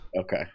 Okay